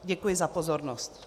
Děkuji za pozornost.